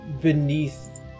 beneath